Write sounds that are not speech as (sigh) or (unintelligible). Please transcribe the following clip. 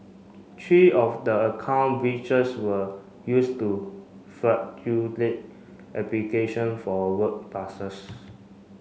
three of the account breaches were used to (unintelligible) application for work passes